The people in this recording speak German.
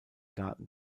garten